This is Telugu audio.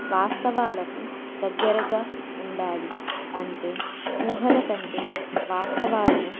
వాస్తవాలకు దగ్గరగా ఉండాలి అంటే ఊహల కంటే వాస్తవాలను